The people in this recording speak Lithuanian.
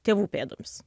tėvų pėdomis